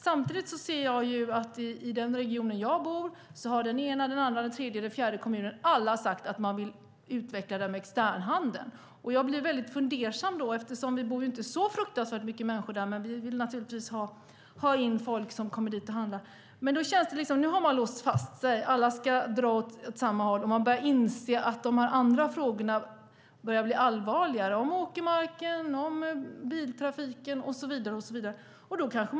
Samtidigt ser jag ju att i den region där jag bor har den ena, andra, tredje och fjärde kommunen alla sagt att de vill utveckla externhandeln. Då blir jag väldigt fundersam eftersom det inte bor så fruktansvärt mycket människor där. Men vi vill naturligtvis ha in folk som kommer dit och handlar. Det känns som att nu har man låst fast sig. Alla ska dra åt samma håll, samtidigt som man börjar inse att frågorna om åkermarken, biltrafiken och så vidare börjar bli allvarligare.